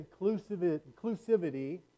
inclusivity